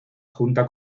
junta